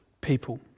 people